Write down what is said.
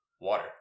Water